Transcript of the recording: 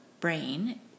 brain